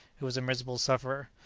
who was a miserable sufferer.